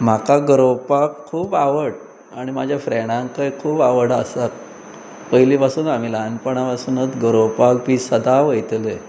म्हाका गरोवपाक खूब आवड आनी म्हाज्या फ्रेंडां खंय खूब आवड आसात पयलीं पासून आमी ल्हानपणा पासूनूच गरोवपाक बी सदां वयतले